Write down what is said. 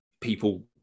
people